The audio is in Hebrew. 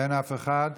אין אף אחד,